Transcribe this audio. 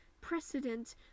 precedent